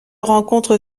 rencontre